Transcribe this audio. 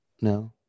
No